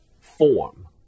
form